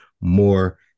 more